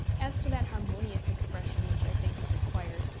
as to that harmonious expression which i think is required,